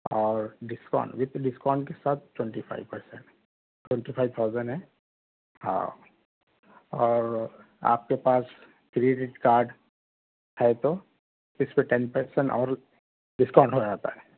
اور discount with discount کے ساتھ twenty five per cent twenty five thousand ہے ہاں اور آپ کے پاس کریڈٹ کارڈ ہے تو six to ten per cent اور ڈسکاؤنٹ ہو جاتا ہے